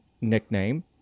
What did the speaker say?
nickname